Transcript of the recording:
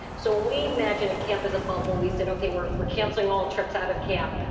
so when we imagine a camp is a bubble, we said, ok, work, we're canceling all trips out of camp.